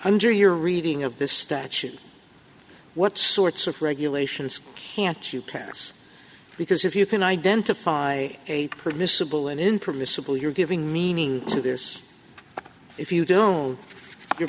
under your reading of the statute what sorts of regulations can't you pass because if you can identify a permissible and in permissible you're giving meaning to this if you don't you're